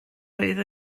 oedd